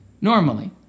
normally